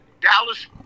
Dallas